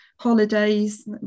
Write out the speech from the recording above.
holidays